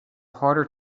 harder